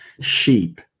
sheep